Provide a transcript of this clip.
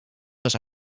was